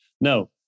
No